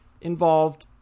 involved